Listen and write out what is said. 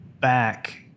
back